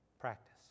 practice